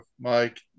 Mike